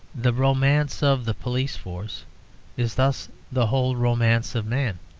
the romance of the police force is thus the whole romance of man.